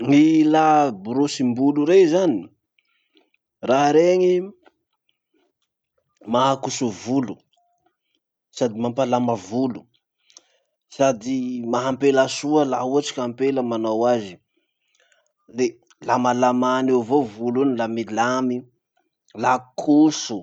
Gny ilà borosim-bolo rey zay raha reny maha koso volo sady mampalama volo, sady maha ampelasoa laha ohatsy ka ampela manao azy. Le lamalamany eo avao volo iny la milamy, la koso.